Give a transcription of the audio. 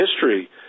history